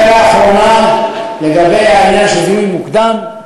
שאלה אחרונה, לגבי העניין של זיהוי מוקדם.